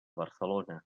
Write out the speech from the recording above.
barcelona